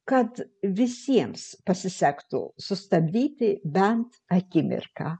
kad visiems pasisektų sustabdyti bent akimirką